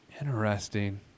Interesting